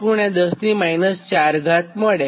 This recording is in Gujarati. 44 10 4 મળે